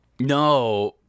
No